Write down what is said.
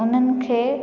उन्हनि खे